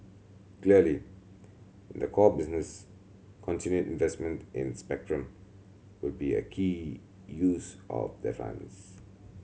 clearly in the core business continued investment in spectrum would be a key use of the funds